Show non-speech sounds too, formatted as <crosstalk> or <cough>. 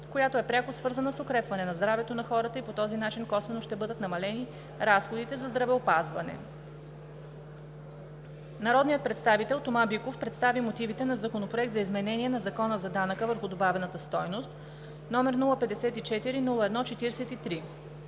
която е пряко свързана с укрепване на здравето на хората и по този начин косвено ще бъдат намалени разходите за здравеопазване. <noise> Народният представител Тома Биков представи мотивите на Законопроект за изменение на Закона за данък върху добавената стойност, № 054-01-43.